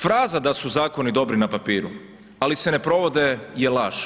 Fraza da su zakoni dobri na papiru ali se ne provode je laž